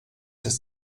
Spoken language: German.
des